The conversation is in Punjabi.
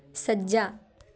ਸੱਜਾ